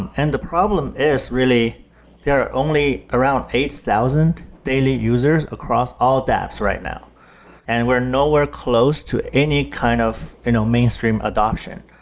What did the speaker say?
and the problem is really there are only around eight thousand daily users across all the apps right now and we're nowhere close to any kind of you know mainstream adaption.